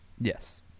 yes